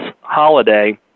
holiday